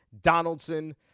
Donaldson